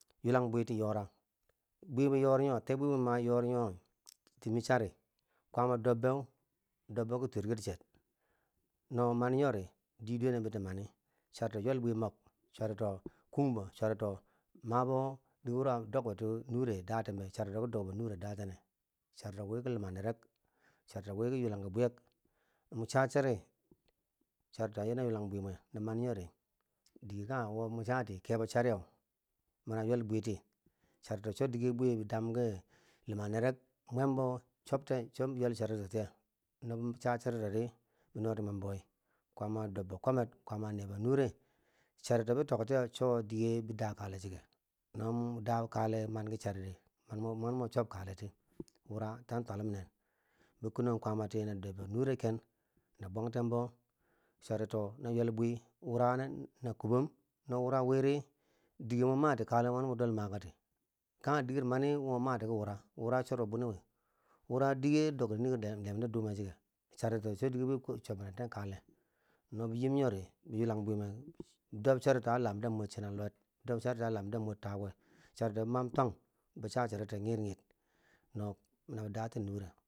Ywelan bwiti yora, bwimi yoriyo tee bwi mwi ma yori nyo timi chari kwaama dobbo dobbo ki twet ket chet, no mani nyo ri, di dwene no bo mani, charito yel bwe mob charito kunbo charito mabo dige wuro a dokboti nure daten be, charito ki dokbo nure daten be, charito ki dokbo nure daten ne, charito wi ki luma nerek, charito wi ki ywellanka bwiyek, mo cha chari, charito ya na ywellan bwi mwi no mani nyori dige kanghe wo mo chatikebo chariye mani ywel bwiti, charito cho dige bwi bo damki luma nere mwem bo cho ywel charito di nobi cha charitori be noti mwem bo wi kwaama a dobo kwamer kwaama a nebo nure, charito be tok tiye cho dige bi da kale chike, no mo da kale mo man ki chari di mo ma mo chob kaleti, wura a twallum nen bi kenan kwamati na dobbo nure ken, na bwante bo charito na ywel bwi, wura na kobom, no wura widi, dige mwa mati kalewo ma mwo dol makati, kanghe diger mani wo mo mati ki wura chorbo bwini wi, wura dige ki dok de nii ki lemde dume chike charito cho dige ki chobbi nente kale, na mo yim nyodi ywellan bwi mwe, dob charito a lam da mor chunan luwe dob charito a lam da mor takuwe, charito mam twank, nabo cha charito ti ngir ngir nur nabi dati nure.